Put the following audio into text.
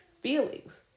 feelings